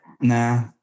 nah